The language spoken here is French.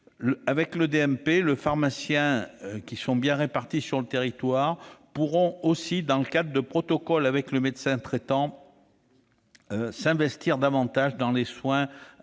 Avec le DMP, les pharmaciens, qui sont bien répartis sur le territoire, pourront, dans le cadre de protocoles établis avec le médecin traitant, s'investir davantage dans les soins prodigués